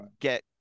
get